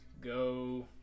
Go